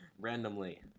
randomly